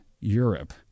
Europe